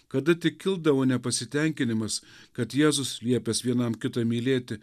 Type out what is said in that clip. kada tik kildavo nepasitenkinimas kad jėzus liepęs vienam kitą mylėti